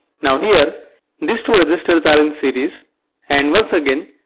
now, here these two resistors are in series and once again,